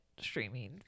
streaming